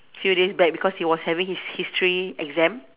few days back because he was having his history exam